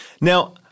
Now